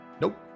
nope